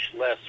less